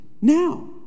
now